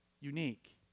Unique